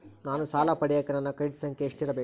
ನಾನು ಸಾಲ ಪಡಿಯಕ ನನ್ನ ಕ್ರೆಡಿಟ್ ಸಂಖ್ಯೆ ಎಷ್ಟಿರಬೇಕು?